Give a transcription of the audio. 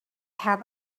had